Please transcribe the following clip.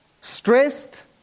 stressed